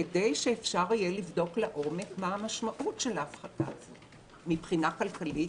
כדי שאפשר יהיה לבדוק לעומק מה משמעות ההפחתה הזאת מבחינה כלכלית,